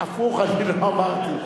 הפוך אני לא אמרתי.